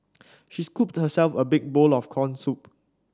she scooped herself a big bowl of corn soup